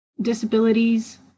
disabilities